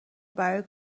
برای